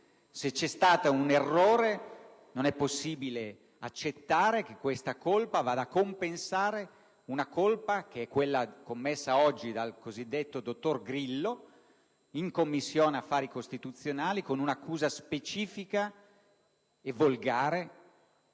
Se c'è stato un errore, non è possibile accettare che questa colpa vada a compensare una colpa che è quella commessa oggi dal cosiddetto dottor Grillo in Commissione affari costituzionali con un'accusa specifica e volgare,